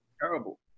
Terrible